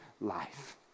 life